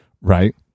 right